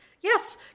Yes